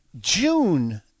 June